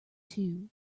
two